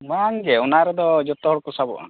ᱵᱟᱝᱜᱮ ᱚᱱᱟ ᱨᱮᱫᱚ ᱡᱚᱛᱚ ᱦᱚᱲ ᱠᱚ ᱥᱟᱵᱚᱜᱼᱟ